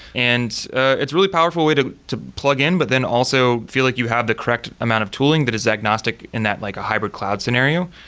and it's really a powerful way to to plugin, but then also feel like you have the correct amount of tooling that is agnostic in that like a hybrid cloud scenario,